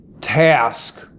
task